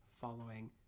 following